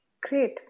Great